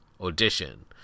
Audition